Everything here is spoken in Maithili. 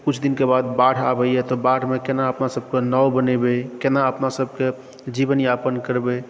किछु दिनके बाद बाढ़ आबैए तऽ बाढ़मे कोना अपना सबके नाव बनेबै कोना अपना सबके जीवनयापन करबै